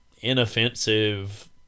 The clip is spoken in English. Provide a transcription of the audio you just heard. inoffensive